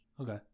Okay